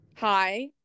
hi